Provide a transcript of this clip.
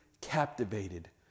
captivated